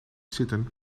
zitten